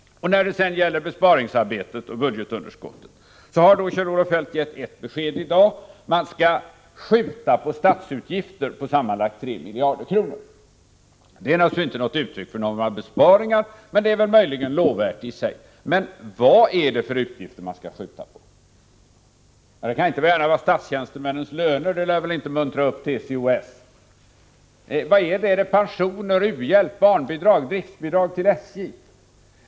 När det sedan gäller besparingsarbetet och budgetunderskottet har Kjell-Olof Feldt gett ett besked i dag. Man skall skjuta på statsutgifter om sammanlagt 3 miljarder kronor. Detta är naturligtvis inte några besparingar, men det är möjligen lovvärt i sig. Men vad är det för utgifter man skall skjuta på? Det kan inte gärna vara statstjänstemännens löner. Det skulle inte muntra upp TCO-S. Vad är det? Är det pensioner, u-hjälp, barnbidrag eller driftsbidrag till SJ?